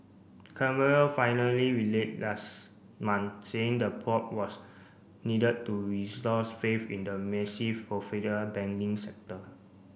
Canberra finally relate last month saying the probe was needed to restore faith in the massive banking sector